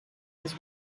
his